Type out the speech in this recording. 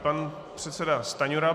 Pan předseda Stanjura.